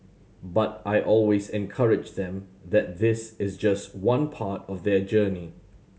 but I always encourage them that this is just one part of their journey